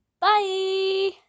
Bye